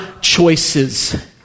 choices